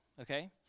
okay